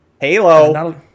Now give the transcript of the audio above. Halo